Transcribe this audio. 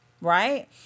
Right